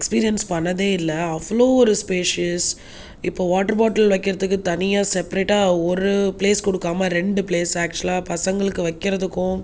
experience பண்ணாதே இல்லை அவ்வளோ ஒரு ஸ்பீசியஸ் இப்போது வாட்டர் பாட்டில் வைக்கிறதுக்கு தனியாக செப்ரெட்டாக ஒரு ப்ளேஸ் கொடுக்காம ரெண்டு ப்ளேஸ் ஆக்ச்சுவலாக பசங்களுக்கு வைக்கிறதுக்கும்